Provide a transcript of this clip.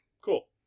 Cool